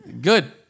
Good